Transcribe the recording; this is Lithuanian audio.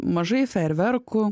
mažai fejerverkų